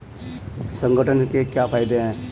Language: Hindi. संगठन के क्या फायदें हैं?